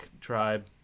tribe